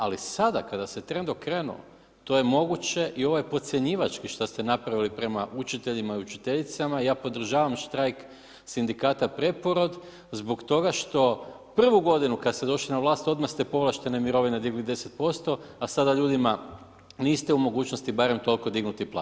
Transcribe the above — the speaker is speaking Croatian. Ali sada kada se trend okrenuo, to je moguće, i ovaj podcjenjivački, što ste napravili prema učiteljima i učiteljicama, ja podržavam štrajk sindikata Preporod zbog toga što prvu godinu kada ste došli na vlast, odmah ste povlaštene mirovine digli 10%, a sada ljudima niste u mogućnosti barem toliko dignuti plaće.